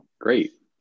Great